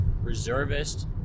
reservist